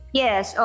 yes